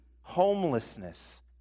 homelessness